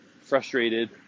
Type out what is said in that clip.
frustrated